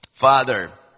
Father